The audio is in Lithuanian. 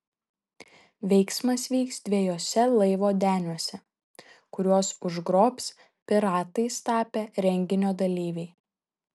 veiksmas vyks dviejuose laivo deniuose kuriuos užgrobs piratais tapę renginio dalyviai